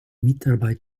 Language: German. mitarbeit